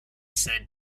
said